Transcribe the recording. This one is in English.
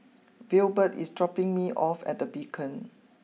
Wilbert is dropping me off at the Beacon